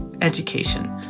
education